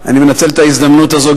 אני מנצל את ההזדמנות הזאת,